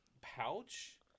pouch